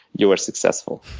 you are successful.